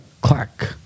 clack